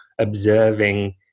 observing